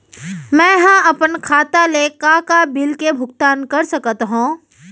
मैं ह अपन खाता ले का का बिल के भुगतान कर सकत हो